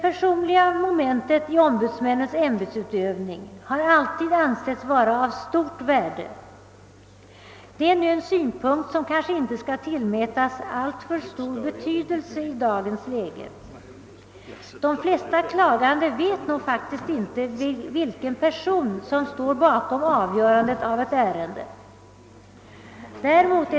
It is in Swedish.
Jag har därmed berört det skäl som varit avgörande för konstitutionsutskottets ställningstagande till utredningens förslag om inrättande av ett revisionsutskott.